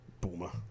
Boomer